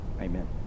Amen